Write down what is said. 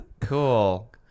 Cool